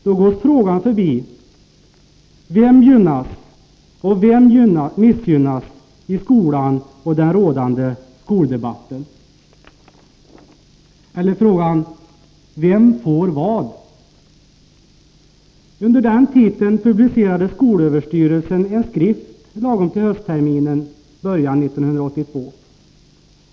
Då går man förbi frågan: Vem gynnas och vem missgynnas i skolan och i den rådande skoldebatten? — dvs.: Vem får vad? Under den titeln publicerade skolöverstyrelsen en skrift lagom till höstterminens början 1982.